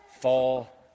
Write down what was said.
fall